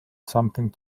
something